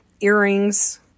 earrings